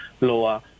lower